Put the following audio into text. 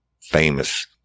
famous